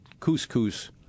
couscous